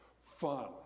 fun